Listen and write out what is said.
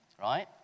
Right